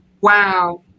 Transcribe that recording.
Wow